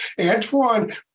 Antoine